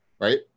right